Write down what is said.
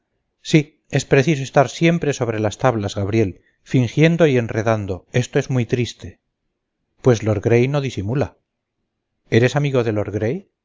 sí es preciso estar siempre sobre las tablas gabriel fingiendo y enredando esto es muy triste pues lord gray no disimula eres amigo de lord